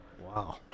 Wow